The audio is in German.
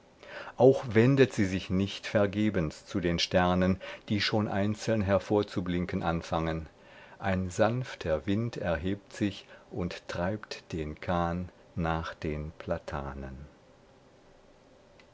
auch wendet sie sich nicht vergebens zu den sternen die schon einzeln hervorzublinken anfangen ein sanfter wind erhebt sich und treibt den kahn nach den platanen